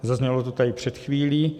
Zaznělo to tady před chvílí.